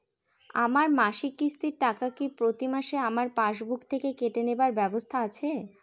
আমার মাসিক কিস্তির টাকা কি প্রতিমাসে আমার পাসবুক থেকে কেটে নেবার ব্যবস্থা আছে?